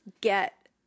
get